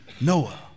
Noah